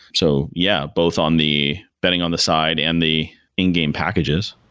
so yeah, both on the betting on the side and the in-game packages.